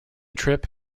trip